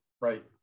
right